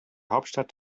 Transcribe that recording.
hauptstadt